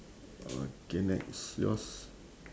okay next yours